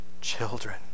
children